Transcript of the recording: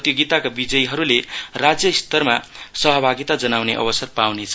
प्रतियोगिताका विजयीले राज्यस्तरमा सहभागिता जनाउने अवसर पाउने छन्